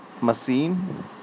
machine